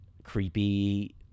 Creepy